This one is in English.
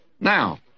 Now